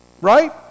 right